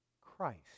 Christ